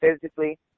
physically